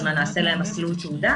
אז מה, נעשה להם מסלול תעודה?